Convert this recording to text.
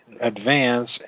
advance